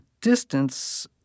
distance